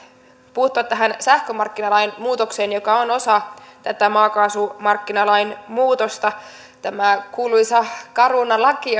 puuttua tähän sähkömarkkinalain muutokseen joka on osa tätä maakaasumarkkinalain muutosta tämä kuuluisa caruna laki